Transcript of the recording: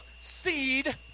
seed